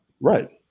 right